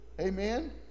amen